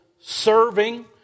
serving